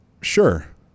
Sure